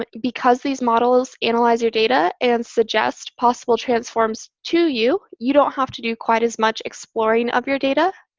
but because these models analyze your data and suggest possible transforms to you you, don't have to do quite as much exploring of your data.